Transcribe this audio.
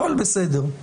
הכול בסדר.